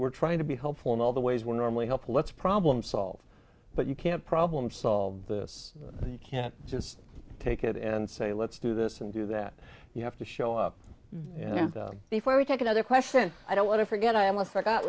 we're trying to be helpful in all the ways when normally help let's problem solve but you can't problem solve this you can't just take it and say let's do this and do that you have to show up and before we take another question i don't want to forget i most forgot